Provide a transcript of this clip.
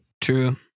True